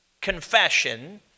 confession